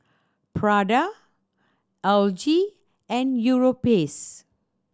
Prada L G and Europace